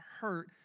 hurt